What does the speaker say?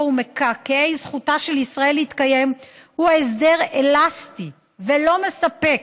ומקעקעי זכותה של ישראל להתקיים הוא הסדר אלסטי ולא מספק.